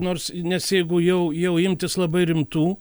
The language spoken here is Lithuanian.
nors nes jeigu jau jau imtis labai rimtų